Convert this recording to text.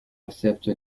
accepte